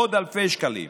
עוד אלפי שקלים,